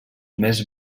més